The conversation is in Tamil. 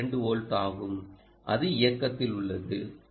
2 வோல்ட் ஆகும் அது இயக்கத்தில் உள்ளது